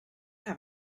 have